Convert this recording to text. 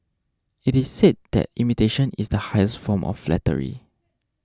it is said that imitation is the highest form of flattery